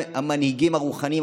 הם המנהיגים הרוחניים,